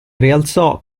rialzò